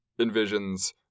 envisions